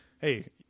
Hey